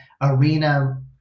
arena